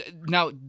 now